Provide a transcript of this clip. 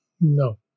No